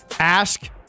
Ask